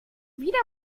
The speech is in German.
wieder